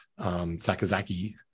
Sakazaki